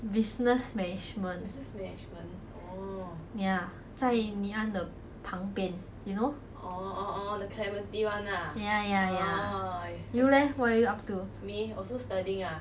business management ya 在 ngee ann 的旁边 you know ya ya ya